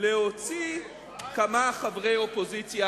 להוציא כמה חברי אופוזיציה.